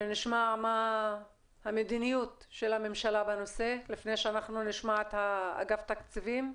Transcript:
נשמע מה המדיניות של הממשלה בנושא לפני שאנחנו נשמע את אגף תקציבים.